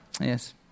yes